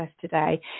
today